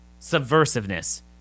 subversiveness